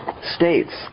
states